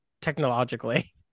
technologically